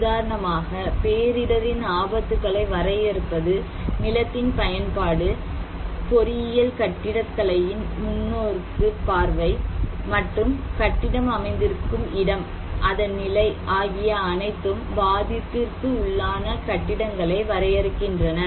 உதாரணமாக பேரிடரின் ஆபத்துகளை வரையறுப்பது நிலத்தின் பயன்பாடு பொரியல் கட்டிடக்கலையின் முன்னோர்க்கு பார்வை மற்றும் கட்டிடம் அமைந்திருக்கும் இடம் அதன் நிலை ஆகிய அனைத்தும் பாதிப்பிற்கு உள்ளான கட்டிடங்களை வரையறுக்கின்றன